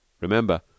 Remember